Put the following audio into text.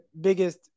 biggest